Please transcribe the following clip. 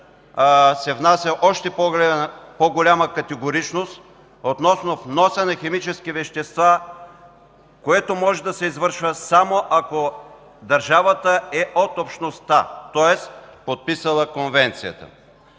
се внася още по-голяма категоричност относно вноса на химически вещества, което може да се извършва само ако държавата е от общността, тоест, подписала конвенцията.